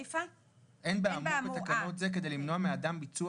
'אין באמור בתקנות כדי למנוע מאדם ביצוע